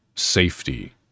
safety